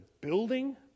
building